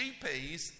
GPs